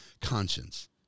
conscience